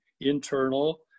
internal